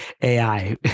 AI